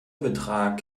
betrag